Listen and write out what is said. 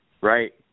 right